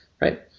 Right